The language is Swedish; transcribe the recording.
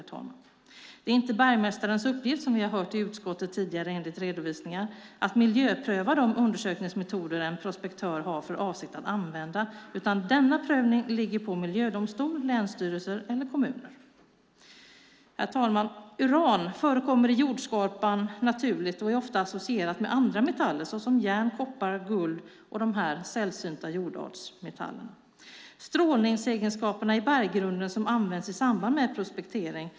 Som vi har hört av utskottets redovisningar är det inte bergmästarens uppgift att miljöpröva de undersökningsmetoder en prospektör har för avsikt att använda, utan denna prövning ligger på miljödomstol, länsstyrelser eller kommuner. Uran förekommer naturligt i jordskorpan och är ofta associerat med andra metaller såsom järn, koppar, guld och de här sällsynta jordartsmetallerna. Strålningsegenskaperna i berggrunden används i samband med prospektering.